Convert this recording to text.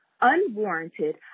Unwarranted